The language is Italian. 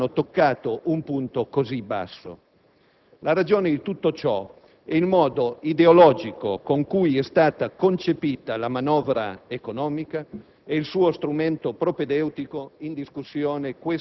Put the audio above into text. soprattutto politico ma anche economico abbiano toccato un punto così basso». La ragione di tutto ciò è il modo ideologico in cui è stata concepita la manovra economica